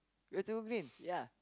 we have to win ya